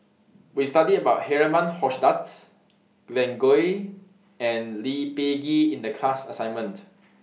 We studied about Herman Hochstadt Glen Goei and Lee Peh Gee in The class assignment